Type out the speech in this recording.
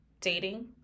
dating